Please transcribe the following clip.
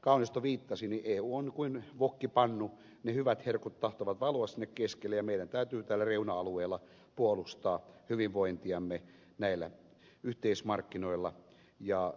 kaunisto viittasi niin eu on kuin wokkipannu ne hyvät herkut tahtovat valua sinne keskelle ja meidän täytyy täällä reuna alueella puolustaa hyvinvointiamme näillä yhteismarkkinoilla ja